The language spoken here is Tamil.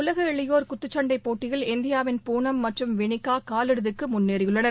உலக இளையோர் குத்துச்சண்டை போட்டியில் இந்தியாவின் பூனம் மற்றும் விளிகா காலிறுதிக்கு முன்னேறியுள்ளனர்